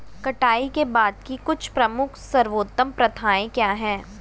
कटाई के बाद की कुछ प्रमुख सर्वोत्तम प्रथाएं क्या हैं?